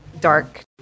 dark